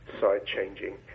side-changing